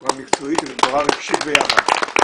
בצורה מקצועית ובצורה רגשית ביחד.